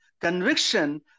conviction